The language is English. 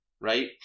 right